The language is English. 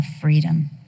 freedom